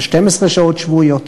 של 12 שעות שבועיות.